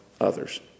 others